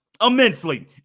Immensely